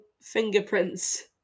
fingerprints